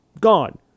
gone